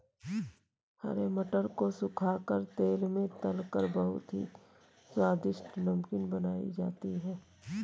हरे मटर को सुखा कर तेल में तलकर बहुत ही स्वादिष्ट नमकीन बनाई जाती है